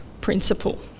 principle